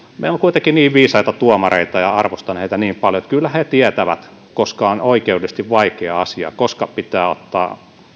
meillä on kuitenkin niin viisaita tuomareita ja arvostan heitä niin paljon että kyllä he tietävät koska on oikeudellisesti vaikea asia koska pitää ottaa